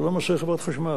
זה לא מעשה חברת חשמל.